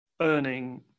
earning